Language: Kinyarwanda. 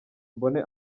mbone